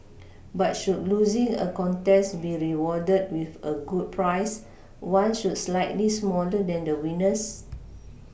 but should losing a contest be rewarded with a good prize one should slightly smaller than the winner's